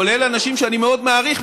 כולל אנשים שאני מאוד מעריך,